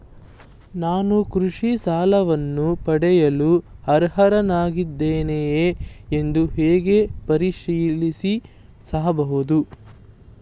ನಾನು ಕೃಷಿ ಸಾಲವನ್ನು ಪಡೆಯಲು ಅರ್ಹನಾಗಿದ್ದೇನೆಯೇ ಎಂದು ಹೇಗೆ ಪರಿಶೀಲಿಸಬಹುದು?